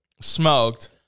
smoked